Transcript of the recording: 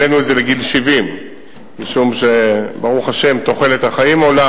באותו דיון שהיה בין יושב-ראש הכנסת לבין השר לשעבר,